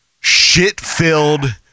shit-filled